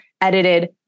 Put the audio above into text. edited